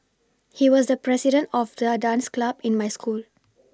he was the president of the dance club in my school